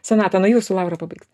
sonata nuo jūsų laura pabaigs